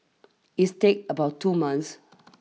its takes about two months